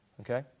Okay